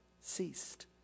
ceased